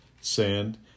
sand